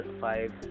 five